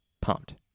pumped